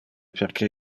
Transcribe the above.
perque